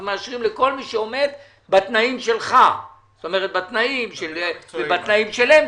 אנחנו מאשרים לכל מי שעומד בתנאים שלך ובתנאים של למקין,